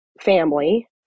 family